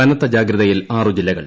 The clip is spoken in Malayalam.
കനത്ത ജാഗ്രതയിൽ ആറു ജില്ലകൾ